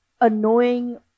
Annoying